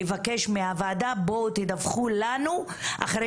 לבקש מהוועדה בואו תדווחו לנו אחרי